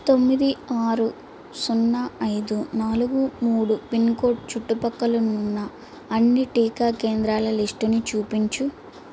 తొమ్మిది ఆరు సున్నా ఐదు నాలుగు మూడు పిన్కోడ్ అన్ని టీకా కేంద్రాల లిస్టుని చూపించు